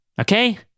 Okay